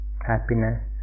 Happiness